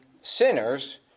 sinners